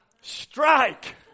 strike